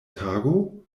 tago